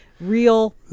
real